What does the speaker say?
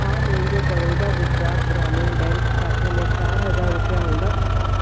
छा मुहिंजे बड़ोदा गुजरात ग्रामीण बैंक खाते में चारि हज़ार रुपिया हूंदा